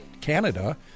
Canada